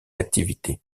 activités